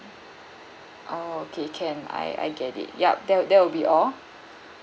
oh okay can I I get it yup that that would be all